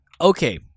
Okay